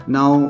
Now